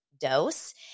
dose